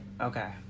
Okay